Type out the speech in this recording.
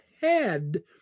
head